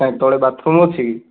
କାହିଁ ତଳେ ବାଥ୍ରୁମ୍ ଅଛି କି